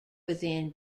within